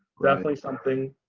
definitely something.